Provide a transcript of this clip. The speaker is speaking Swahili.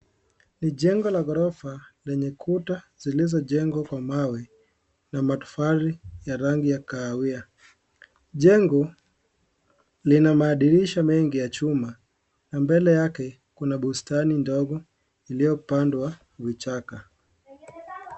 Ni jengo la ghorofa lenye kuta zilizojengwa kwa mawe na matofali ya rangi ya kahawia. Jengo lina madirisha mengi ya chuma na mbele yake kuna bustani ndogo iliyopandwa vichaka.